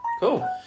Cool